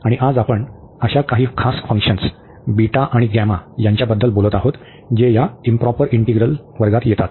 आणि आज आपण अशा काही खास फंक्शन्स बीटा आणि गॅमाबद्दल बोलत आहोत जे या इंप्रॉपर इंटीग्रल वर्गात येतात